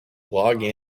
log